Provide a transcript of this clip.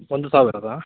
ಒಂದು ಸಾವಿರದ್ದಾ